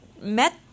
met